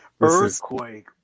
Earthquake